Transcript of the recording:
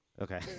Okay